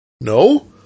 no